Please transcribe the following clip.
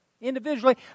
individually